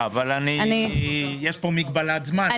יש פה מגבלת זמן,